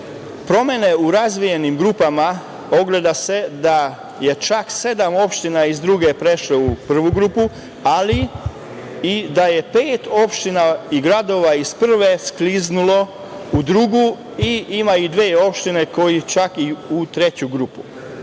Bačke. Promene u razvijenim grupama ogledaju se da je čak sedam opština iz druge prešlo u prvu grupu, ali i da je pet opština i gradova iz prve grupe skliznulo u drugu. Ima i dve opštine koje su čak u trećoj grupi.